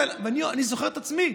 ואני זוכר את עצמי,